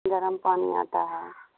گرم پانی آتا ہے